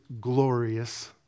glorious